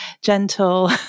gentle